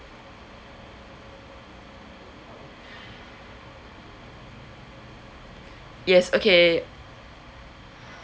yes okay